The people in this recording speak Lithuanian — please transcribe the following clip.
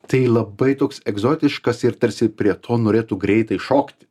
tai labai toks egzotiškas ir tarsi prie to norėtų greitai šokti